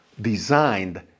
designed